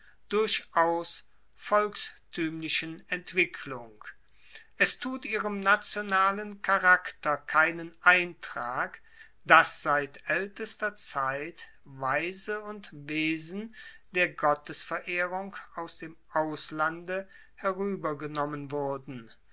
durchaus volkstuemlichen entwicklung es tut ihrem nationalen charakter keinen eintrag dass seit aeltester zeit weise und wesen der gottesverehrung aus dem auslande heruebergenommen wurden